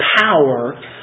power